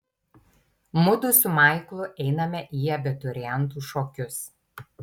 mudu su maiklu einame į abiturientų šokius